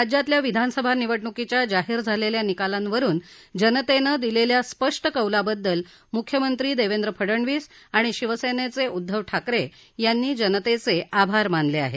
राज्यातल्या विधानसभा निवडणुकीच्या जाहीर झालेल्या निकालांवरुन जनतेने दिलेल्या स्पष्ट कौलाबद्दल मुख्यमंत्री देवेंद्र फडणवीस आणि शिवसेनेचे उद्दव ठाकरे त्यांनी जनतेचे आभार मानले आहेत